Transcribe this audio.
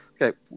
Okay